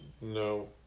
No